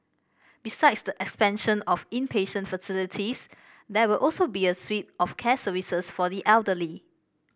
besides the expansion of inpatient facilities there will also be a suite of care services for the elderly